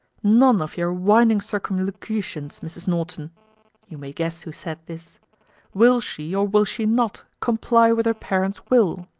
none of your whining circumlocutions, mrs. norton you may guess who said this will she, or will she not, comply with her parents' will?